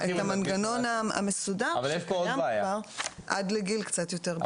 המנגנון המסודר עד לגיל קצת יותר בוגר?